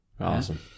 Awesome